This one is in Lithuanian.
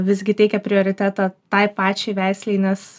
visgi teikia prioritetą tai pačiai veislei nes